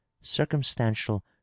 circumstantial